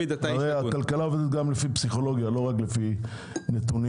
הרי הכלכלה עובדת גם לפי פסיכולוגיה ולא רק לפי נתונים.